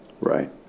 Right